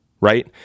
right